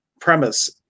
premise